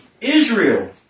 Israel